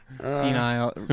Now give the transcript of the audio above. senile –